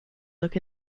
look